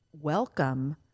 welcome